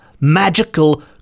magical